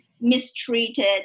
mistreated